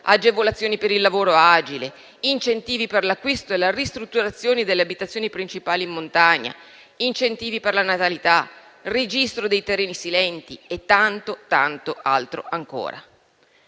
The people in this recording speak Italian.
agevolazioni per il lavoro agile, incentivi per l'acquisto e la ristrutturazione delle abitazioni principali in montagna; incentivi per la natalità; registro dei terreni silenti e tanto altro ancora.